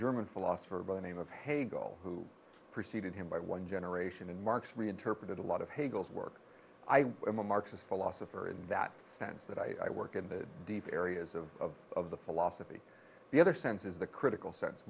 german philosopher by the name of hagel who preceded him by one generation and marx reinterpreted a lot of hay goals work i am a marxist philosopher in that sense that i work in the deep areas of the philosophy the other senses the critical sen